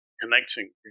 Connecting